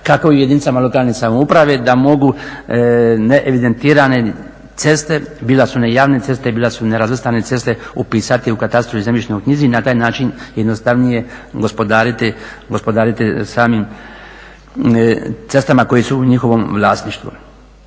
kako i jedinicama lokalne samouprave da mogu ne evidentirane ceste, bile su javne ceste bile su i nerazvrstane cesta, upisati u katastru i zemljišnoj knjizi i na taj način jednostavnije gospodariti samim cestama koje su u njihovom vlasništvu.